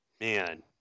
Man